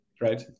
right